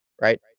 right